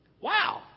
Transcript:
Wow